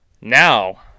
now